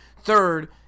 third